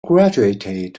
graduated